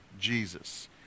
Jesus